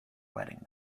wedding